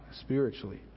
spiritually